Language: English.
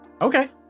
Okay